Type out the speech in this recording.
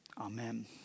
Amen